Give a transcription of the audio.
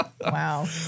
wow